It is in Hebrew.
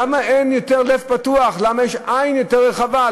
למה אין לב יותר פתוח, עין יותר רחבה?